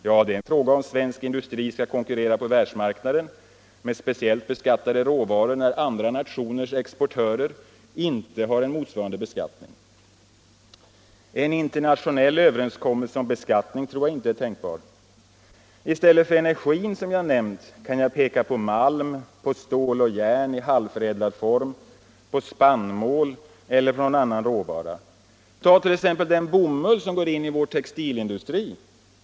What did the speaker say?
Ja, det är en fråga om svensk industri skall konkurrera på världsmarknaden med speciellt beskattade råvaror när andra nationers exportörer inte har en motsvarande beskattning. En internationell överenskommelse om beskattning tror jag inte är tänkbar. I stället för energin, som jag nämnt, kan jag peka på malm, på stål och järn i halvförädlad form, på spannmål eller på någon annan råvara. Ta t.ex. den bomull som går in i vår textilindustri!